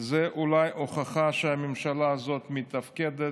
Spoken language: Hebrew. זה אולי הוכחה שהממשלה הזאת מתפקדת,